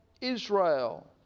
Israel